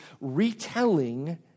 retelling